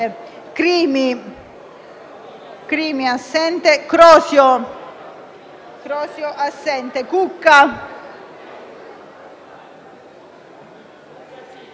Cucca,